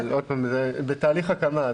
אבל עוד פעם, זה בתהליך הקמה.